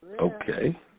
Okay